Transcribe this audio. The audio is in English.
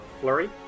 flurry